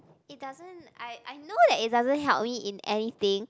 it doesn't I I know that it doesn't help me in anything